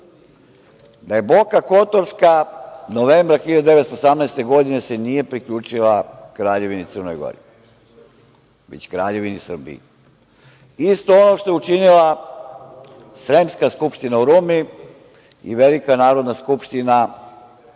da se Boka Kotorska novembra 1918. godine nije priključila Kraljevini Crnoj Gori, već Kraljevini Srbiji. Isto ono što je činila sremska skupština u Rumi i Velika narodna skupština u Novom